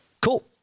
Cool